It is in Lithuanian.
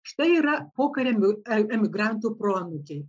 štai yra pokario emigrantų proanūkiai